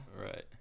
Right